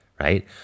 right